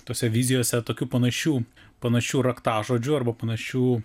tose vizijose tokių panašių panašių raktažodžių arba panašių